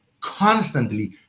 constantly